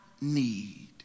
need